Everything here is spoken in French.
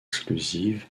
exclusive